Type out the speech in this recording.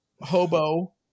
hobo